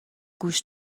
گوش